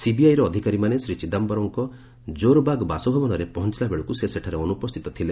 ସିବିଆଇର ଅଧିକାରୀମାନେ ଶ୍ରୀ ଚିଦାୟରମ୍ଙ୍କ ଜୋରବାଗ୍ ବାସଭବନରେ ପହଞ୍ଚିଲାବେଳକୁ ସେ ସେଠାରେ ଅନୁପସ୍ଥିତ ଥିଲେ